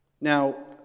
Now